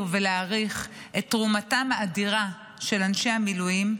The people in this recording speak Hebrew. ולהעריך את תרומתם האדירה של אנשי המילואים,